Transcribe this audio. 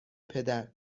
پدر